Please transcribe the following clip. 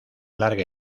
larga